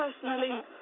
personally